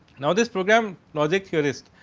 now, this program logic theories,